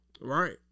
Right